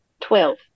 Twelve